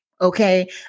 Okay